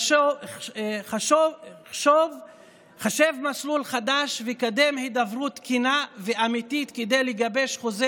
חשב מסלול חדש וקדם הידברות כנה ואמיתית כדי לגבש חוזה